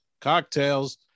cocktails